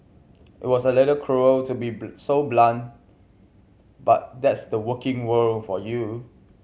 it was a little cruel to be so blunt but that's the working world for you